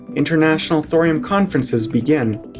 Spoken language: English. international thorium conferences begin.